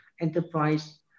enterprise